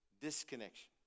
disconnection